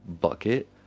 Bucket